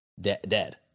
dead